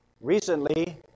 Recently